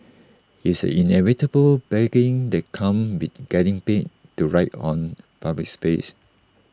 it's the inevitable baggage the comes with getting paid to write on A public space